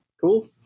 Cool